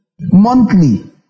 Monthly